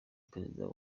perezida